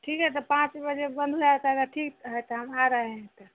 ठीक है तो पाँच बजे बंद हो जाता है तो ठीक है तो हम आ रहे हैं तो